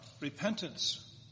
repentance